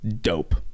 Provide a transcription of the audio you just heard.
dope